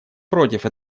против